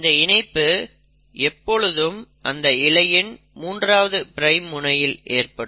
இந்த இணைப்பு எப்பொழுதும் அந்த இழையின் 3வது பிரைம் முனையில் ஏற்படும்